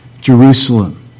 Jerusalem